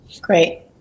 great